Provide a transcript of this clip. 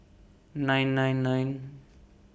nine nine nine